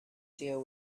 deal